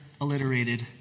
alliterated